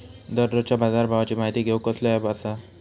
दररोजच्या बाजारभावाची माहिती घेऊक कसलो अँप आसा काय?